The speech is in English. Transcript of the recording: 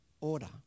order